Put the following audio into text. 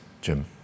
Jim